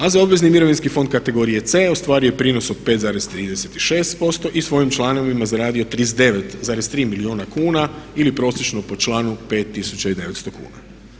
AZ obvezni mirovinski fond kategorije C ostvario je prinos od 5,36% i svojim članovima zaradio 39,3 milijuna kuna ili prosječno po članu 5900 kuna.